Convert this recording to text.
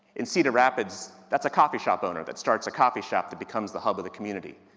and cedar rapids, that's a coffee shop owner that starts a coffee shop that becomes the hub of the community.